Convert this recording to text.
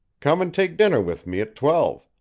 come and take dinner with me at twelve.